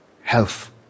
health